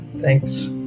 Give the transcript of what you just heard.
Thanks